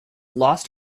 lost